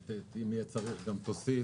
שאם יהיה צריך גם תוסיף,